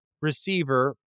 receiver